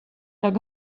jag